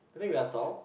I think that's all